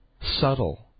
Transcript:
subtle